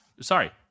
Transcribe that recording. Sorry